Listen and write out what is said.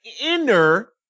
inner